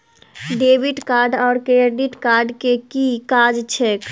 Debit card आओर credit card केँ की काज छैक?